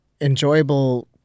enjoyable